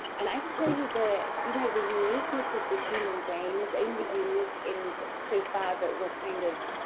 and i can tell you the you know the uniqueness of the human brain is only unique in so far that we're kind of.